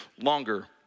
longer